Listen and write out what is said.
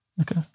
okay